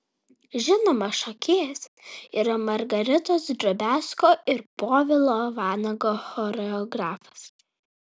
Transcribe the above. žinomas šokėjas yra margaritos drobiazko ir povilo vanago choreografas